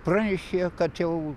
pranešė kad jau